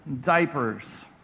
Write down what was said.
diapers